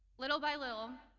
little by little,